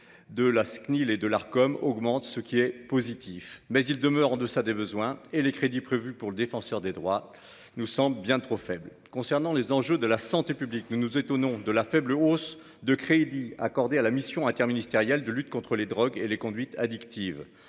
de la Cnil et de l'Arcom augmentent, ce qui est positif ; mais ils demeurent en deçà des besoins. Quant aux crédits prévus pour le Défenseur des droits, ils nous semblent bien trop faibles. Concernant les enjeux de santé publique, nous nous étonnons de la faible hausse des crédits accordés à la mission interministérielle de lutte contre les drogues et les conduites addictives